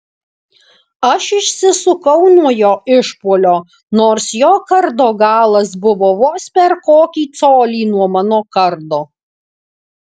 aš išsisukau nuo jo išpuolio nors jo kardo galas buvo vos per kokį colį nuo mano kardo